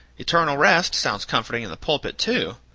eternal rest sounds comforting in the pulpit, too.